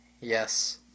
Yes